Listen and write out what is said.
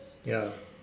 ya